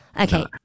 Okay